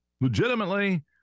legitimately